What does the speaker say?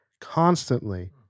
constantly